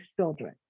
children